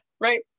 Right